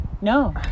No